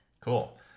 Cool